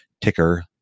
ticker